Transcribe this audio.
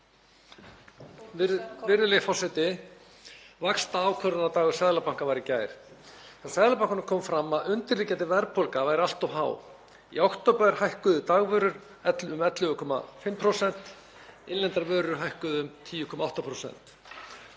Virðulegi forseti. Vaxtaákvörðunardagur Seðlabankans var í gær. Hjá Seðlabankanum kom fram að undirliggjandi verðbólga væri allt of há. Í október hækkuðu dagvörur um 11,5%. Innlendar vörur hækkuðu um 10,8%.